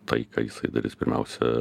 tai ką jisai daris pirmiausia